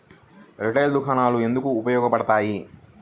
Retail దుకాణాలు ఎందుకు ఉపయోగ పడతాయి?